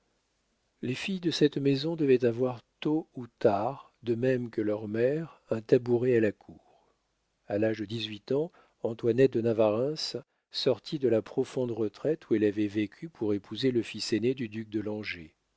les filles de cette maison devaient avoir tôt ou tard de même que leur mère un tabouret à la cour a l'âge de dix-huit ans antoinette de navarreins sortit de la profonde retraite où elle avait vécu pour épouser le fils aîné du duc de langeais